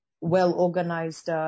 well-organized